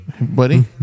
Buddy